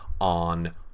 on